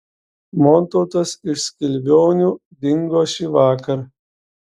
montautas iš skilvionių dingo šįvakar